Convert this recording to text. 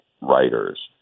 writers